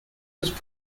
was